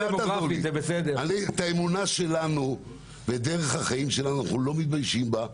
את האמונה שלנו ודרך החיים שלנו אנחנו לא מתביישים בה.